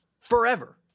Forever